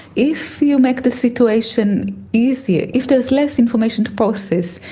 if you make the situation easier, if there is less information to process,